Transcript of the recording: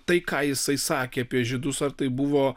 tai ką jisai sakė apie žydus ar tai buvo